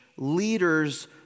leader's